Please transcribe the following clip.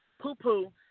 poo-poo